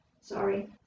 Sorry